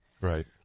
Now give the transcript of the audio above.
right